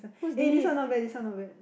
eh this one not bad this one not bad